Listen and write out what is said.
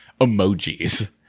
emojis